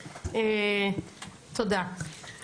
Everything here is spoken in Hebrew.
אמרתי את גם מקודם.